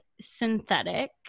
synthetic